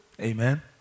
Amen